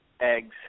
eggs